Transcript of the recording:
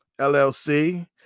LLC